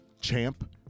champ